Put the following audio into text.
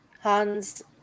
Hans